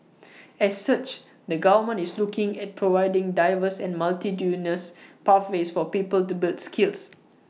as such the government is looking at providing diverse and multitudinous pathways for people to build skills